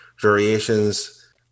variations